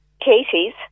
Katie's